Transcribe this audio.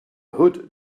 hood